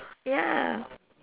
ya